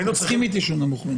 תסכים איתי שהוא נמוך מדי.